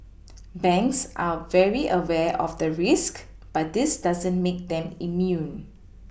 banks are very aware of the risk but this doesn't make them immune